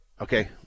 okay